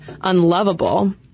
Unlovable